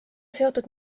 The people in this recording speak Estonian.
seotud